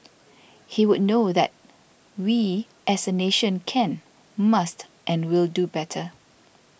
he would know that we as a nation can must and will do better